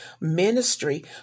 ministry